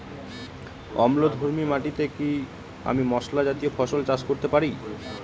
অম্লধর্মী মাটিতে কি আমি মশলা জাতীয় ফসল চাষ করতে পারি?